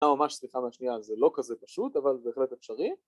אה ממש סליחה מהשנייה זה לא כזה פשוט אבל בהחלט אפשרי